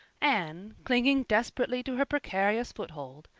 anne, clinging desperately to her precarious foothold,